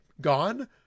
gone